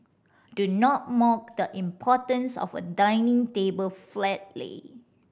do not mock the importance of a dinner table flat lay